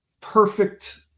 perfect